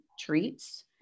treats